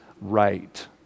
right